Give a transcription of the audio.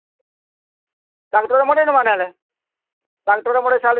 ଟ୍ରାକ୍ଟର୍ରେ ମଡ଼ାଇ ଦେମା ନହେଲେ ଟ୍ରାକ୍ଟର୍ ଉପରେ ମଡ଼ାଇ ସାରି